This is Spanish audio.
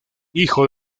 hijo